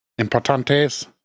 Importantes